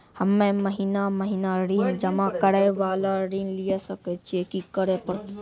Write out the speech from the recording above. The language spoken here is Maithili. हम्मे महीना महीना ऋण जमा करे वाला ऋण लिये सकय छियै, की करे परतै?